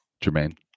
Jermaine